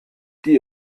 die